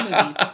movies